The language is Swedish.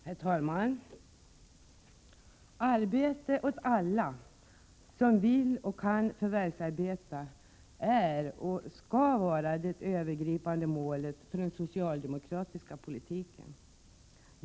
Herr talman! Arbete åt alla som vill och kan förvärvsarbeta är och skall vara det övergripande målet för den socialdemokratiska politiken.